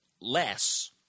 Less